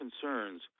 concerns